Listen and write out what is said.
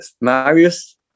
marius